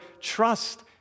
trust